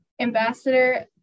Ambassador